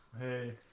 Hey